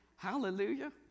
Hallelujah